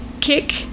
kick